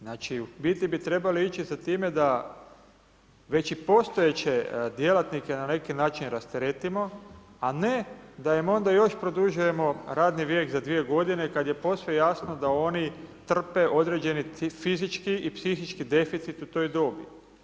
Znači u biti bi trebali ići za time da već i postojeće djelatnike na neki način rasteretimo a ne da im onda još produžujemo radni vijek za 2 godine kada je posve jasno da oni trpe određeni fizički i psihički deficit u toj dobi.